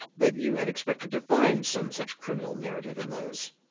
that you had expected to find some such criminal narrative in those,